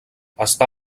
està